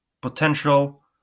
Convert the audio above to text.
potential